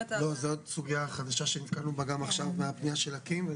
זאת סוגיה חדשה שנתקלנו בה עכשיו בפנייה של אקי"ם.